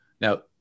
Now